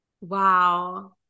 Wow